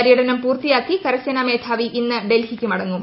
പര്യടനം പൂർത്തിയാക്കി കരസേനാ മേധാവി ഇന്ന് ഡൽഹിക്ക് മടങ്ങും